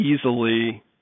easily